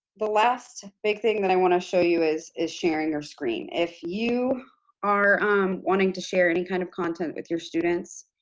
the last big thing that i want to show you is is sharing your screen. if you are wanting to share any kind of content with your students,